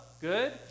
good